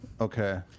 Okay